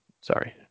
Sorry